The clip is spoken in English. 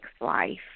life